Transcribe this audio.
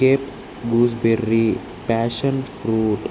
cape gooseberry fashion fruit